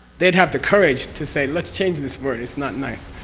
they'd have the courage to say, let's change this word, it's not nice.